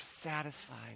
satisfied